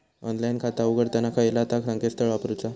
Online खाता उघडताना खयला ता संकेतस्थळ वापरूचा?